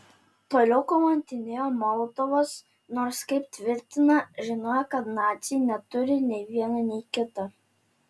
toliau kamantinėjo molotovas nors kaip tvirtina žinojo kad naciai neturi nei viena nei kita